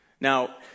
Now